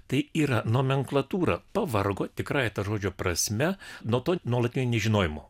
tai yra nomenklatūra pavargo tikrąja to žodžio prasme nuo to nuolatinio nežinojimo